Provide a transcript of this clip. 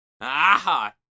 Aha